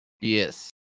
Yes